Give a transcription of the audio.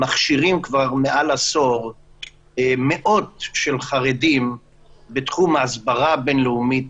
אנחנו מכשירים כבר למעלה מעשור מאות חרדים בתחום ההסברה הבין-לאומית,